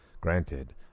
Granted